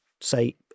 say